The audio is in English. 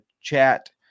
chat